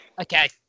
Okay